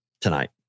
tonight